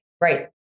right